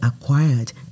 acquired